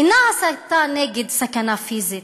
אינה הסתה נגד סכנה פיזית,